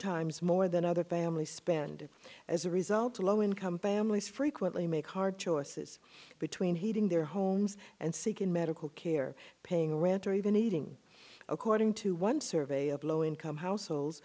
times more than other families spend as a result of low income families frequently make hard choices between heating their homes and seeking medical care paying rent or even eating according to one survey of low income households